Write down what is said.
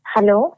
Hello